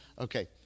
Okay